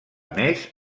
més